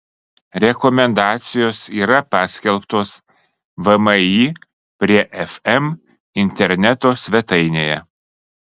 rekomendacijos yra paskelbtos vmi prie fm interneto svetainėje